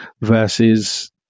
versus